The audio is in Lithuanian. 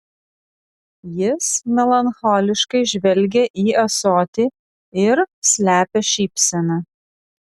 jis melancholiškai žvelgia į ąsotį ir slepia šypseną